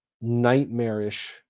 nightmarish